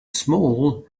small